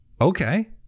okay